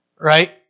Right